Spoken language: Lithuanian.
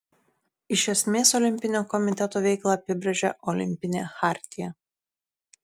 iš esmės olimpinio komiteto veiklą apibrėžia olimpinė chartija